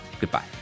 Goodbye